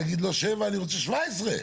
להגיד: לא 7 ק"מ, אני רוצה 17 ק"מ.